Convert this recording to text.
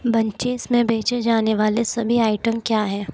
bunches में बेचे जाने वाले सभी आइटम क्या है